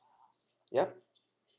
ya